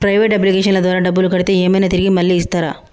Private అప్లికేషన్ల ద్వారా డబ్బులు కడితే ఏమైనా తిరిగి మళ్ళీ ఇస్తరా?